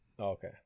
okay